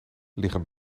liggen